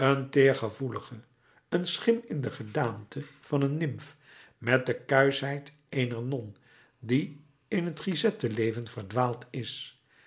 teergevoelige een schim in de gedaante van een nimf met de kuischheid eener non die in het grisetten leven verdwaald is